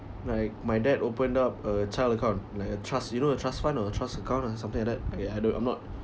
like my dad opened up a child account like a trust you know a trust fund or a trust account or something like that ya I don't I'm not